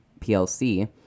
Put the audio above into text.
PLC